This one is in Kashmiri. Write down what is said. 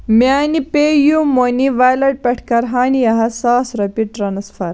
میٛانہِ پے یوٗ مٔنی ویلٮ۪ٹ پٮ۪ٹھ کَر ہانِیاہَس ساس رۄپیہِ ٹرٛانٕسفَر